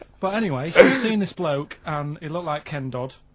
but anyway, seeing this bloke and he looked like ken dodd,